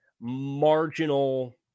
marginal